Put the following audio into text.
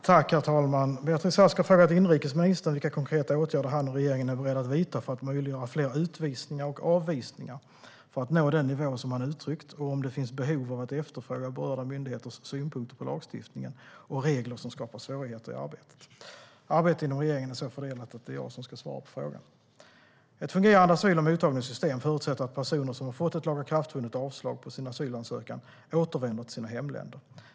Herr talman! Beatrice Ask har frågat inrikesministern vilka konkreta åtgärder han och regeringen är beredda att vidta för att möjliggöra fler utvisningar och avvisningar för att nå den nivå som han uttryckt och om det finns behov av att efterfråga berörda myndigheters synpunkter på lagstiftningen och regler som skapar svårigheter i arbetet. Arbetet inom regeringen är så fördelat att det är jag som ska svara på frågan. Ett fungerande asyl och mottagningssystem förutsätter att personer som har fått ett lagakraftvunnet avslag på sin asylansökan återvänder till sina hemländer.